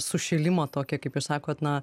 sušilimą tokį kaip jūs sakot na